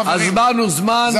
חברים,